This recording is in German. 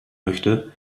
möchte